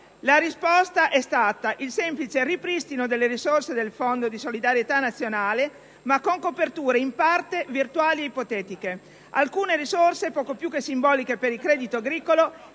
La risposta è stata il semplice ripristino delle risorse del Fondo di solidarietà nazionale, ma con coperture in parte virtuali e ipotetiche, alcune risorse poco più che simboliche per il credito agricolo